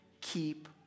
Keep